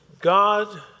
God